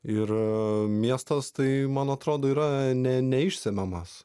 ir miestas tai man atrodo yra ne neišsemiamas